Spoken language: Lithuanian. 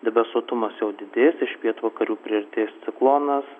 debesuotumas jau didės iš pietvakarių priartės ciklonas